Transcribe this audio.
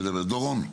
דורון.